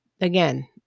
again